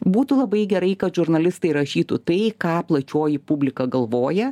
būtų labai gerai kad žurnalistai rašytų tai ką plačioji publika galvoja